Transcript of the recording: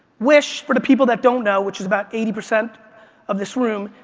wish, for the people that don't know, which is about eighty percent of this room,